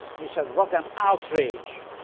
he said, what an outrage.